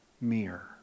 mirror